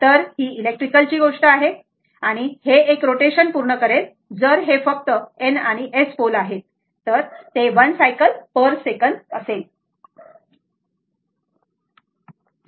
तर ही इलेक्ट्रिकलची गोष्ट आहे तरी जर हे एक रोटेशन पूर्ण करेल जर हे फक्त N आणि S पोल आहेत तर ते 1 सायकल पर सेकंद असेल बरोबर